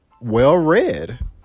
well-read